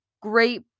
great